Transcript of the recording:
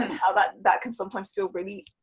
and how that that can sometimes feel really,